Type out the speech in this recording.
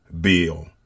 bill